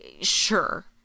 sure